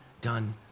done